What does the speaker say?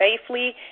safely